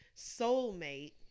soulmate